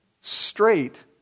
straight